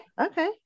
okay